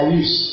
use